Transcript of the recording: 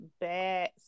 bad